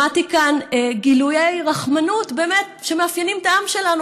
שמעתי כאן גילויי רחמנות שבאמת מאפיינים את העם שלנו.